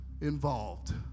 involved